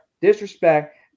disrespect